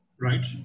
Right